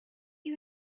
you